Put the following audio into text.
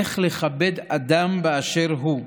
איך לכבד אדם באשר הוא.